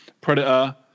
Predator